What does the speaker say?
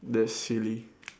that's silly